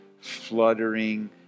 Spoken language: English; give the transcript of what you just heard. fluttering